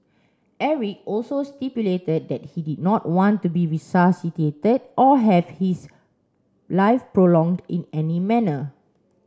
Eric also stipulated that he did not want to be resuscitated or have his life prolonged in any manner